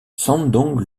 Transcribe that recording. shandong